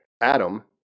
adam